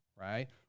right